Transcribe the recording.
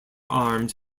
armed